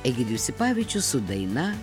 egidijus sipavičius su daina